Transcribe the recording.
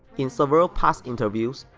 in several past interviews,